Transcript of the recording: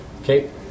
Okay